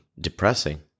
depressing